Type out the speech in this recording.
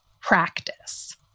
practice